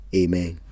amen